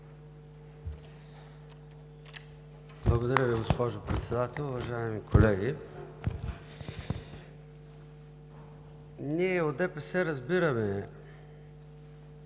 Благодаря Ви, госпожо Председател. Уважаеми колеги! Ние от ДПС разбираме